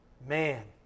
man